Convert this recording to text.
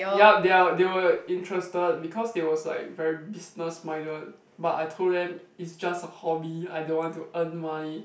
yup they are they were interested because they was like very business minded but I told them it's just a hobby I didn't want to earn money